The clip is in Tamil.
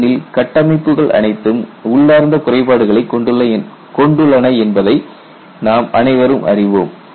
ஏனெனில் கட்டமைப்புகள் அனைத்தும் உள்ளார்ந்த குறைபாடுகளைக் கொண்டுள்ளன என்பதை நாம் அனைவரும் அறிவோம்